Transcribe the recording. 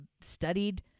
studied